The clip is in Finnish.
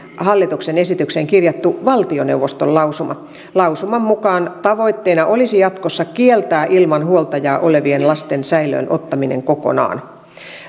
hallituksen esitykseen kirjattu valtioneuvoston lausuma lausuman mukaan tavoitteena olisi jatkossa kieltää ilman huoltajaa olevien lasten säilöön ottaminen kokonaan